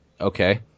Okay